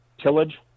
tillage